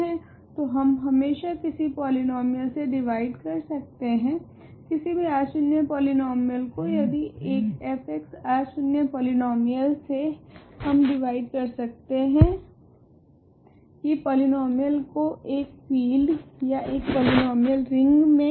तो हम हमेशा किसी पॉलीनोमीयल से डिवाइड का सकते है किसी भी अशून्य पॉलीनोमीयल को यदि एक f अशून्य पॉलीनोमीयल से हम डिवाइड कर सकते है की पॉलीनोमीयल को एक फील्ड या एक पॉलीनोमीयल रिंग मे